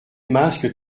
masques